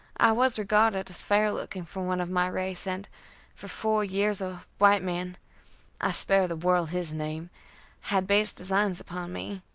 i was regarded as fair-looking for one of my race, and for four years a white man i spare the world his name had base designs upon me.